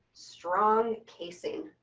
strong casing.